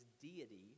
deity